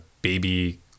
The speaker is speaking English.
baby